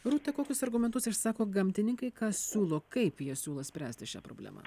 rūta kokius argumentus išsako gamtininkai ką siūlo kaip jie siūlo spręsti šią problemą